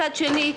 מצד שני,